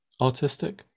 Autistic